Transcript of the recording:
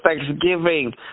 thanksgiving